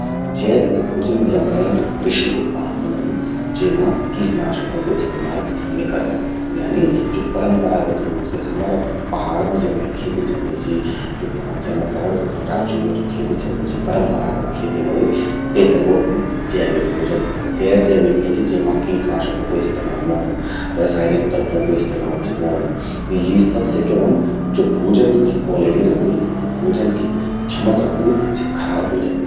जैविक भोजन यमण्ये कृषि उत्पाद व्हंदन, जेमा कीटनाशकों कू इस्तेमाल नि करदन। यानी ज्वो परंपरागत रूप से हमरा पहाड़ मां जमण्ये खेती चलणी चि, जन और राज्यों मां खएती चलणि चि परंपरागत खेती वलि, तेते ब्वोलदन जैविक भोजन। गैर जैविक क्या चि, जेमा कीटनाशकों कू इस्तेमाल व्होंणूं, रासायनिक तत्वों कू इस्तेमाल चि व्होणूं। त यि सबसे क्या व्हंद, ज्वो भोजन कि क्वॉलिटी रौंदि, ज्वो भोजन कि क्षमता रौंदि, स्या खराब व्हे जंदि।